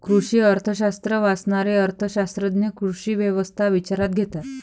कृषी अर्थशास्त्र वाचणारे अर्थ शास्त्रज्ञ कृषी व्यवस्था विचारात घेतात